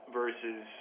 versus